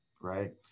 right